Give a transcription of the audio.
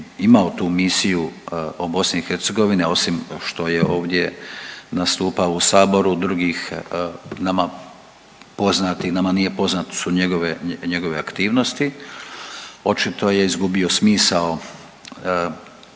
imao tu misiju o BiH, a osim ovdje što je ovdje nastupao u saboru drugih nama poznati, nama nije poznate su njegove aktivnosti. Očito je izgubio smisao